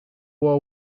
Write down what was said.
war